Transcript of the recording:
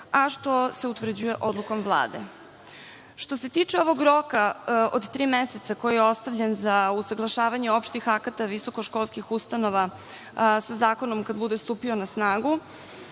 a što se utvrđuje odlukom Vlade. Što se tiče ovog roka od tri meseca koji je ostavljen za usaglašavanje opštih akata visokoškolskih ustanova sa zakonom kad bude stupio na snagu,